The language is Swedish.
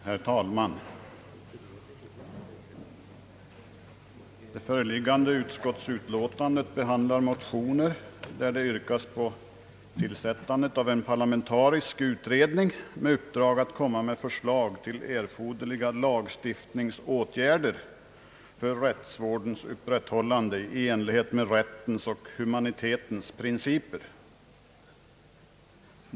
Herr talman! Föreliggande utskottsutlåtande behandlar motioner där det yrkas på tillsättande av en parlamentarisk utredning med uppdrag att framlägga förslag till erforderliga lagstiftningsåtgärder för rättsvårdens upprätthållande i enlighet med rättens och humanitetens principer.